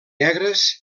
negres